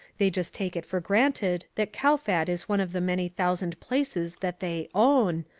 they just take it for granted that kowfat is one of the many thousand places that they own,